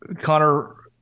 Connor